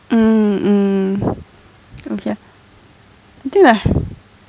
mm mm okay ah nothing ah